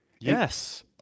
Yes